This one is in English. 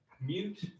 mute